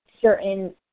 certain